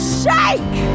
shake